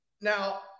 now